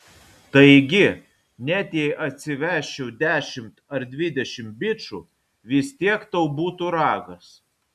taigi net jei atsivesčiau dešimt ar dvidešimt bičų vis tiek tau būtų ragas